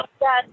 Yes